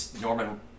Norman